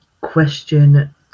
Question